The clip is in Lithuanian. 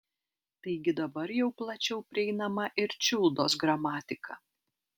taigi dabar jau plačiau prieinama ir čiuldos gramatika